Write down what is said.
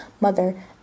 mother